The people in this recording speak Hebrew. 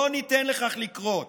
לא ניתן לזה לקרות.